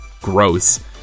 gross